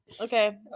Okay